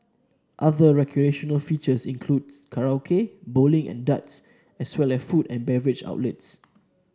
other recreational features includes karaoke bowling and darts as well as food and beverage outlets